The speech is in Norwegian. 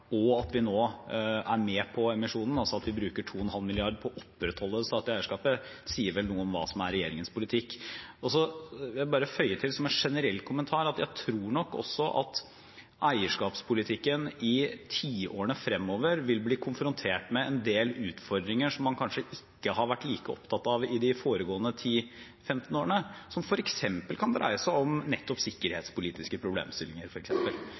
og at vi nå er med på emisjonen, altså at vi bruker 2,5 mrd. kr på å opprettholde det statlige eierskapet, sier vel noe om hva som er regjeringens politikk. Jeg vil bare føye til som en generell kommentar at jeg tror nok også at eierskapspolitikken i tiårene fremover vil bli konfrontert med en del utfordringer som man kanskje ikke har vært like opptatt av i de foregående 10–15 årene, som f.eks. kan dreie seg om nettopp sikkerhetspolitiske problemstillinger.